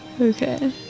Okay